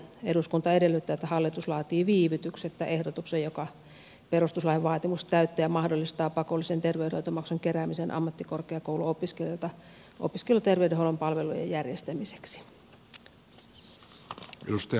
eduskunta edellyttää että hallitus laatii viivytyksettä ehdotuksen joka perustuslain vaatimukset täyttäen mahdollistaa pakollisen terveydenhoitomaksun keräämisen ammattikorkeakouluopiskelijoilta opiskeluterveydenhuollon palvelujen järjestämiseksi